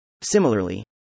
Similarly